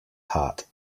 heart